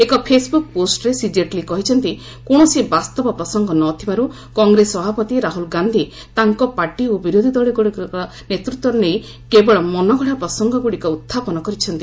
ଏକ ଫେସବୁକ ପୋଷ୍ଟରେ ଶ୍ରୀ କେଟଲୀ କହିଛନ୍ତି କୌଣସି ବାସ୍ତବ ପ୍ରସଙ୍ଗ ନ ଥିବାରୁ କଂଗ୍ରେସ ସଭାପତି ରାହୁଲ ଗାନ୍ଧୀ ତାଙ୍କ ପାର୍ଟି ଓ ବିରୋଧୀ ଦଳଗୁଡିକର ନେତୃତ୍ୱ ନେଇ କେବଳ ମନଗଡା ପ୍ରସଙ୍ଗ ଗୁଡିକ ଉତ୍ଥାପନ କରିଛନ୍ତି